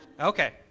Okay